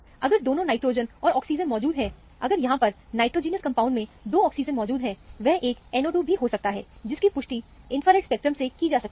अगर दोनों नाइट्रोजन और ऑक्सीजन मौजूद है अगर यहां पर नाइट्रोजेनस कंपाउंड में दो ऑक्सीजन मौजूद है वह एक NO2 भी हो सकता है जिसकी पुष्टि इंफ्रारेड स्पेक्ट्रम से की जा सकती है